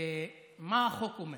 ומה החוק אומר?